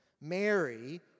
Mary